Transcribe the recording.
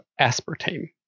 aspartame